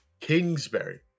Kingsbury